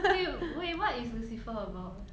wait wait what is lucifer about